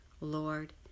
Lord